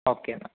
okay എന്നാൽ